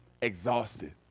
exhausted